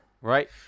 right